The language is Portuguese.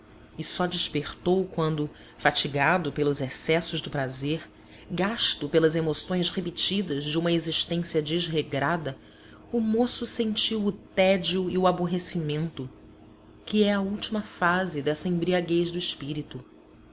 e só despertou quando fatigado pelos excessos do prazer gasto pelas emoções repetidas de uma existência desregrada o moço sentiu o tédio e o aborrecimento que é a última fase dessa embriaguez do espí rito